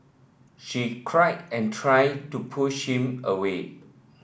she cried and tried to push him away